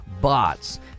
bots